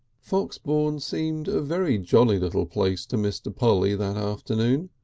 foxbourne seemed a very jolly little place to mr. polly that afternoon.